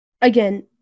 again